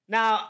Now